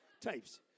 Tapes